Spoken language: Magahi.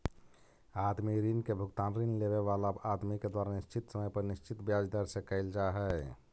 आदमी ऋण के भुगतान ऋण लेवे वाला आदमी के द्वारा निश्चित समय पर निश्चित ब्याज दर से कईल जा हई